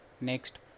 next